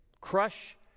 Crush